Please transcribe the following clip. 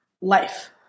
life